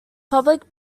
public